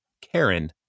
Karen